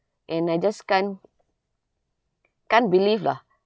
and I just can't can't believe lah